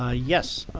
ah yes,